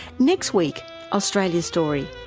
next week australia's story,